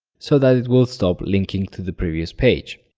so that it will stop linking to the previous page.